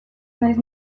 naiz